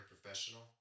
professional